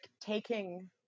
taking